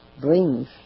brings